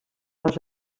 les